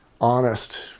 honest